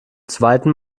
zweiten